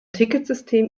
ticketsystem